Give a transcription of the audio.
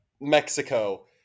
Mexico